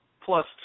plus